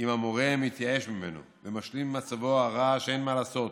אם המורה מתייאש ממנו ומשלים עם מצבו הרע שאין מה לעשות.